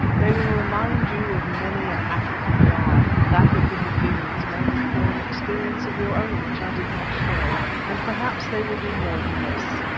they will remind you of many an african yarn that with the baboons may recall an experience of your own which i did not share. and perhaps they will do more than this.